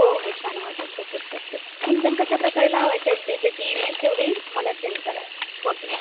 हो हो छान वाटेल तसंच करते कुंदन कशा प्रकारे लावायच्या आहेत ते त्याची इमेज तेवढी मला सेंड करा फोटो